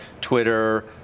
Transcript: Twitter